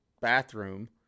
bathroom